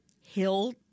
hill